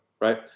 right